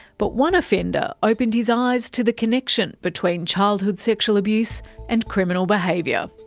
but one offender opened his eyes to the connection between childhood sexual abuse and criminal behaviour.